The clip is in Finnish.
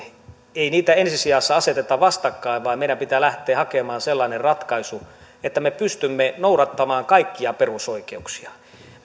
ei niitä ensi sijassa aseteta vastakkain vaan meidän pitää lähteä hakemaan sellainen ratkaisu että me pystymme noudattamaan kaikkia perusoikeuksia